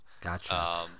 Gotcha